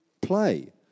play